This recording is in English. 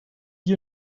you